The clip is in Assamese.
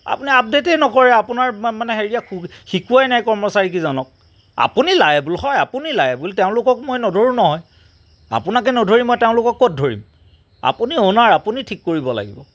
আপুনি আপডেটেই নকৰে আপোনাৰ মানে হেৰিয়ে শিকোৱাই নাই কৰ্মচাৰী কেইজনক আপুনি লাইবোল হয় আপুনি লাইবোল তেওঁলোকক মই নধৰো নহয় আপোনাকে নধৰি তেওঁলোকক ক'ত ধৰিম আপুনি অউনাৰ আপুনি ঠিক কৰিব লাগিব